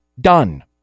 Done